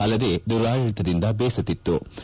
ಅಲ್ಲದೆ ದುರಾಡಳಿತದಿಂದ ಬೇಸತ್ತಿದ್ದರು